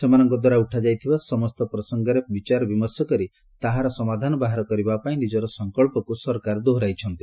ସେମାନଙ୍କଦ୍ୱାରା ଉଠାଯାଇଥିବା ସମସ୍ତ ପ୍ରସଙ୍ଗରେ ବିଚାର ବିମର୍ଶ କରି ତାହାର ସମାଧାନ ବାହାର କରିବାପାଇଁ ନିଜର ସଙ୍କଚ୍ଚକୁ ଦୋହରାଇଛନ୍ତି